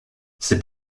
c’est